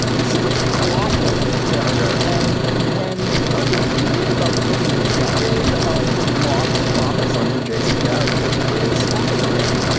this is a colossal failure. and when you start to read about the sort of the decade of lost promise under jason garrett, it's pretty staggering,